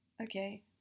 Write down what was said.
okay